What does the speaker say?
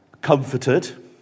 comforted